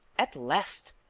at last,